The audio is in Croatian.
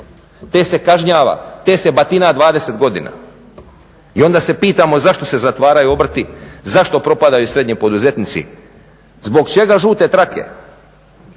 te se kažnjava, te se batina 20 godina. I onda se pitamo zašto se zatvaraju obrti, zašto propadaju srednji poduzetnici? Zbog čega žute trake?